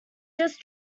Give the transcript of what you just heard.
just